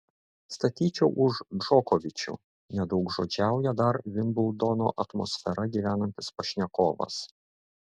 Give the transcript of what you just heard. statyčiau už džokovičių nedaugžodžiauja dar vimbldono atmosfera gyvenantis pašnekovas